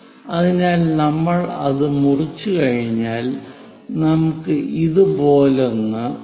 അതിനാൽ നമ്മൾ അത് മുറിച്ചുകഴിഞ്ഞാൽ നമുക്ക് ഇതുപോലൊന്ന് ഉണ്ട്